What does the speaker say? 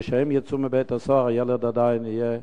כשהם יצאו מבית-הסוהר, הילד עדיין יהיה